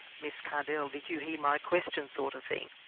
miss kardell, did you hear my question' and sort of thing.